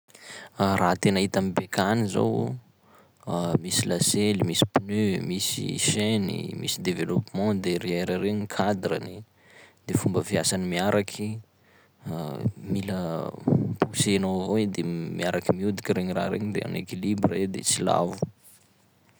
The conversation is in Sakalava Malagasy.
Raha tena hita am' bekany zao: misy lasely, misy pneu, misy chainy, misy développement derrière regny, cadrany. De fomba fiasany miaraky mila poussenao avao i de miaraky mihodiky regny raha regny de en équilibre i de tsy lavo.